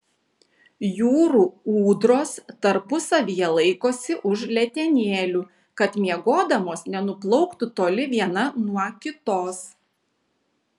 jūrų ūdros tarpusavyje laikosi už letenėlių kad miegodamos nenuplauktų toli viena nuo kitos